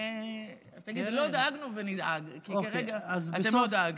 תגיד: לא דאגנו, ונדאג, כי אתם לא דאגתם.